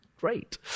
Great